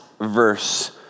verse